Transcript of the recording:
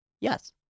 Yes